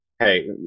Hey